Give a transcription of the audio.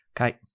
Okay